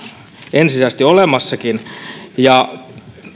ensisijaisesti olemassakin